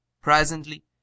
Presently